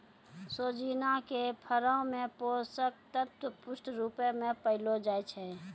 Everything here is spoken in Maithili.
सोजिना के फरो मे पोषक तत्व पुष्ट रुपो मे पायलो जाय छै